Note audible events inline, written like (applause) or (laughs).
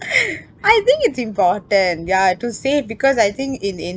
(laughs) I think it's important ya to save because I think in~ in